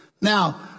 Now